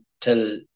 till